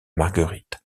marguerite